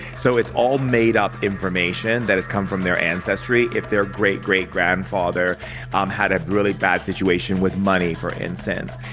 so it's all made up information that has come from their ancestry. if their great-great-grandfather um had a really bad situation with money, for instance,